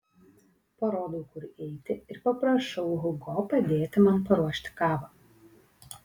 parodau kur eiti ir paprašau hugo padėti man paruošti kavą